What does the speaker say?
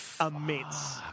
immense